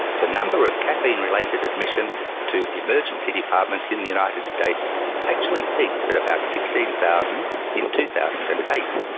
the number of caffeine related admissions to emergency departments in the united states actually peaked at about sixteen thousand in two thousand and eight,